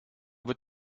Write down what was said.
wird